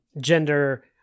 gender